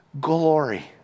glory